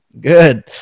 Good